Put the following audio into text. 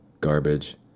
garbage